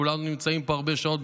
כולנו נמצאים פה הרבה שעות,